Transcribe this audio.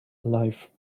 life